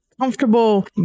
comfortable